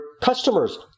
customers